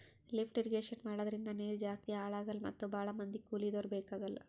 lift irrigation ಮಾಡದ್ರಿಂದ ನೀರ್ ಜಾಸ್ತಿ ಹಾಳ್ ಆಗಲ್ಲಾ ಮತ್ ಭಾಳ್ ಮಂದಿ ಕೂಲಿದವ್ರು ಬೇಕಾಗಲ್